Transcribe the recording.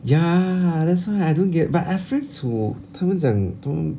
ya that's why I don't get but I have friends who 他们讲都